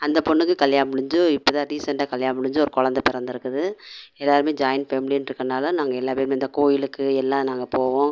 அந்த பொண்ணுக்கு கல்யாணம் முடிஞ்சு இப்போதான் ரீசண்ட்டா கல்யாணம் முடிஞ்சு ஒரு குலந்த பிறந்திருக்குது எல்லோருமே ஜாயிண்ட் ஃபேம்லின்னு இருக்கதனால நாங்கள் எல்லாம் பேருமே இந்த கோயிலுக்கும் எல்லாம் நாங்கள் போவோம்